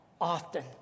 often